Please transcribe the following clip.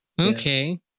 okay